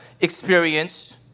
experience